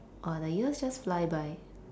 !wah! the years just fly by